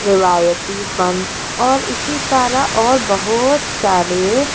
روایتی فن اور اسی طرح اور بہت سارے